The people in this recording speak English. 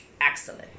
excellent